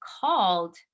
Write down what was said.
called